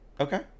Okay